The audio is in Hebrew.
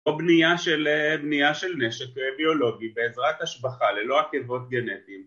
או בנייה של אהה... בנייה של נשק ביולוגי בעזרת השבחה ללא עקבות גנטיים